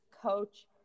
coach